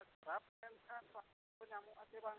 ᱠᱷᱟᱨᱟᱯ ᱞᱮᱱᱠᱷᱟᱱ ᱯᱟᱨᱴ ᱠᱚ ᱧᱟᱢᱚᱜᱼᱟ ᱥᱮ ᱵᱟᱝ